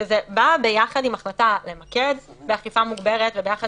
שזה בא ביחד עם החלטה למקד באכיפה מוגברת וביחד